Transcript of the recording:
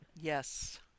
Yes